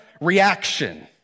reaction